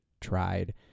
tried